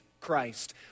Christ